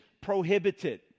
prohibited